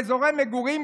באזורי מגורים,